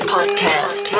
Podcast